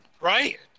Right